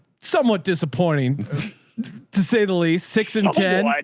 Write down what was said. somewhat disappointing to say the least six and ten,